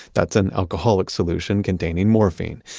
that's an alcoholic solution containing morphine.